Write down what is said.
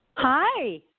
Hi